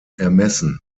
ermessen